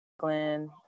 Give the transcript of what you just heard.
Glenn